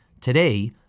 Today